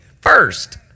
first